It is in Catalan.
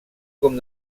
com